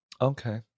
Okay